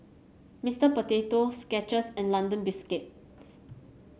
Mister Potato Skechers and London Biscuits